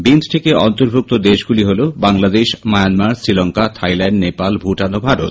বিমস্টেকে অন্তর্ভুক্ত দেশগুলি হল বাংলাদেশ মায়ানমার শ্রীলঙ্কা থাইল্যান্ড নেপাল ভুটান ও ভারত